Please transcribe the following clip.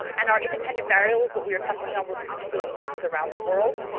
um and our independent variables, what we were testing on, were particular places around the world.